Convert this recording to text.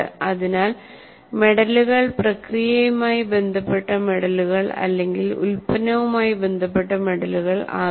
അതിനാൽ മെഡലുകൾ പ്രക്രിയയുമായി ബന്ധപ്പെട്ട മെഡലുകൾ അല്ലെങ്കിൽ ഉൽപ്പന്നവുമായി ബന്ധപ്പെട്ട മെഡലുകൾ ആകാം